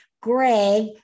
Greg